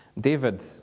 David